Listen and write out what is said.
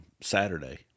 Saturday